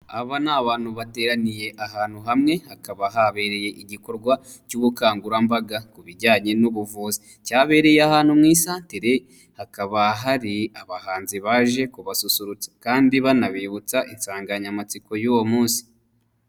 Aba ni abantu bateraniye ahantu hamwe hakaba habereye igikorwa cy'ubukangurambaga ku bijyanye n'ubuvuzi cyabereye ahantu mu isantire hakaba hari abahanzi baje kubasusurutsa kandi banabibutsa insanganyamatsiko y'uwo munsi.